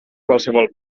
qualsevol